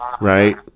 right